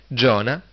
Giona